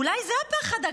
אולי זה הפחד הגדול,